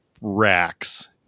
racks